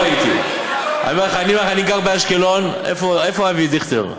אני אומר לך, אני גר באשקלון, איפה אבי דיכטר?